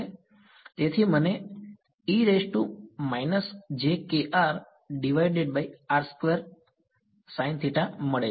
તેથી મને મળશે